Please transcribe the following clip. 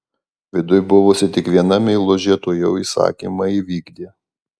viduj buvusi tik viena meilužė tuojau įsakymą įvykdė